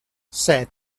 set